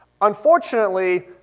Unfortunately